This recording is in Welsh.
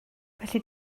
felly